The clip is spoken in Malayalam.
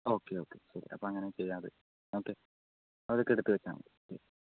ഒക്കെയൊക്കെ ശരി അപ്പോൾ അങ്ങനെ ചെയ്താൽ മതി ഓക്കേ അതൊക്കെ എടുത്തുവെച്ചാൽ മതി ശരി